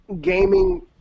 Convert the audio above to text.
gaming